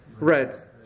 Red